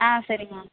ஆ சரி மேம்